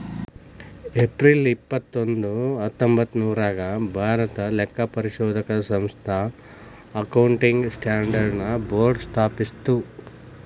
April ಇಪ್ಪತ್ತೊಂದು ಹತ್ತೊಂಭತ್ತ್ನೂರಾಗ್ ಭಾರತಾ ಲೆಕ್ಕಪರಿಶೋಧಕ ಸಂಸ್ಥಾ ಅಕೌಂಟಿಂಗ್ ಸ್ಟ್ಯಾಂಡರ್ಡ್ ನ ಬೋರ್ಡ್ ಸ್ಥಾಪಿಸ್ತು